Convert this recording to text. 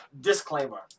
Disclaimer